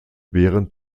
während